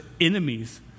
enemies